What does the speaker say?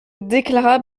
déclara